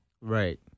Right